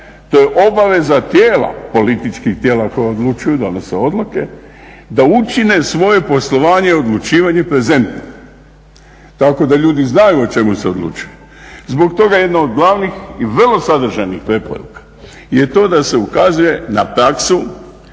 to je obaveza tijela, političkih tijela koja odlučuju, donose odluke da učine svoje poslovanje i odlučivanje prezentno tako da ljudi znaju o čemu se odlučuje. Zbog toga jedno od glavnih i vrlo sadržajnih preporuka je to da se ukazuje na praksu